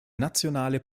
nationale